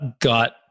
got